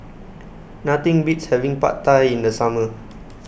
Nothing Beats having Pad Thai in The Summer